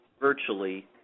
virtually